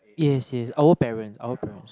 yes yes our parent our parents